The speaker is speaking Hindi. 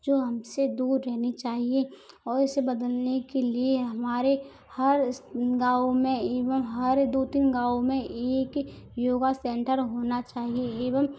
जो हमसे दूर रहना चाहिये और इसे बदलने के लिए हमारे हर गाँव में एवं हर दो तीन गाँव में एक योगा सेंटर होना चाहिये एवं